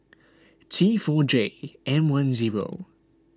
T four J M one zero